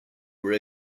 were